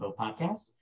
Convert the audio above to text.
podcast